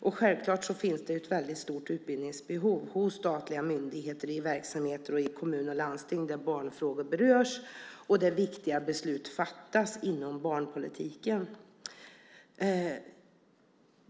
Det finns självfallet ett väldigt stort utbildningsbehov hos statliga myndigheter och i kommuner och landsting i verksamheter där barnfrågor berörs och där viktiga beslut fattas inom barnpolitiken.